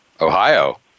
Ohio